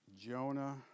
Jonah